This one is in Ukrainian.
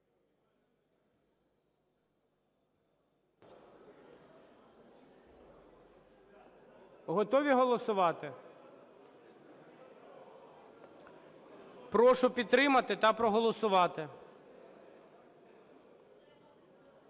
Готові голосувати? Прошу підтримати та проголосувати.